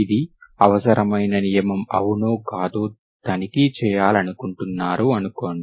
ఇది అవసరమైన నియమo అవునో కాదో తనిఖీ చేయాలనుకుంటున్నారు అనుకోండి